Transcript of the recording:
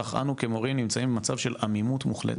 אולם אנו המורים נמצאים במצב של עמימות מוחלטת.